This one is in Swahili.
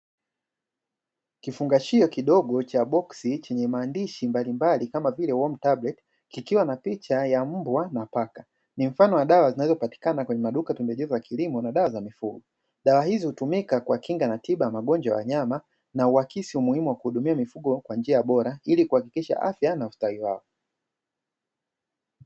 Kifungashio kidogo cha boksi chenye maandishi mbalimbali kama vile "warm tablet", kikiwa na picha ya mbwa na paka, ni mfano wa dawa zinazo patikana kwenye maduka ya pembejeo za kilimo na dawa za mifugo. Dawa hizo hutumika kwa kinga na magonjwabya wanyama na uhakisiumuhimu wa kuhudumia mifugo kwa njia bora hili kuhakikisha afya na ustawi wao.